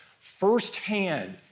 firsthand